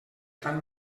tant